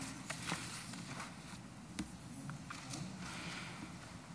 היושבת בראש,